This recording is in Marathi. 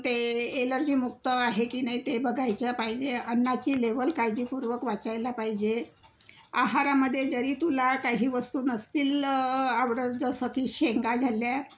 ते एलर्जी मुक्त आहे की नाही ते बघायचा पाहिजे अन्नाची लेवल काळजीपूर्वक वाचायला पाहिजे आहारामध्ये जरी तुला काही वस्तू नसतील आवडत जसं की शेंगा झाल्या